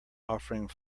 offering